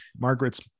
Margaret's